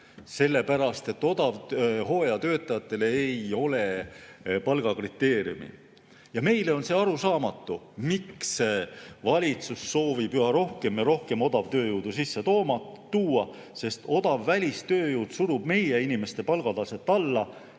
Selle pärast, et hooajatöötajatele ei kehti palgakriteeriumi. Ja meile on arusaamatu, miks valitsus soovib üha rohkem ja rohkem odavtööjõudu sisse tuua. Odav välistööjõud surub meie inimeste palgataset alla